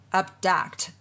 abduct